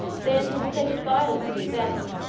they anticipated violence and death,